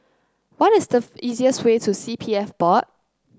what is the easiest way to C P F Board